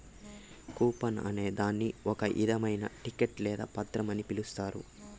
coupon అనే దాన్ని ఒక ఇధమైన టికెట్ లేదా పత్రం అని పిలుత్తారు